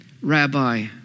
rabbi